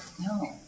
No